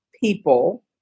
people